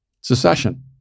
secession